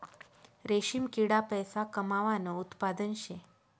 रेशीम किडा पैसा कमावानं उत्पादन शे